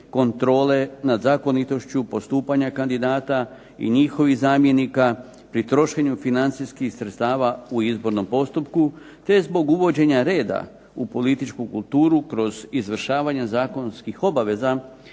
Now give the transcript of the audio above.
kontrole nad zakonitošću postupanja kandidata i njihovih zamjenika pri trošenju financijskih sredstava u izbornom postupku, te zbog uvođenja reda u političku kulturu kroz izvršavanje zakonskih obaveza